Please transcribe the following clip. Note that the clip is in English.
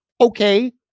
okay